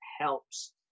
helps